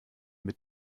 mit